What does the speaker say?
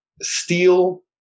steel